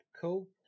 Cool